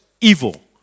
evil